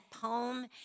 poem